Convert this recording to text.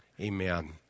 amen